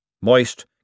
Moist